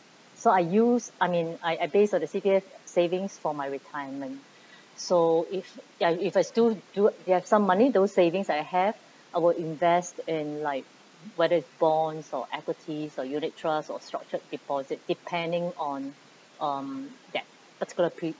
so I use I mean I I base all the C_P_F savings for my retirement so if ya if I still do there are some money those savings I have I will invest in like whether it's bonds or equities or unit trust or structured deposit depending on um that particular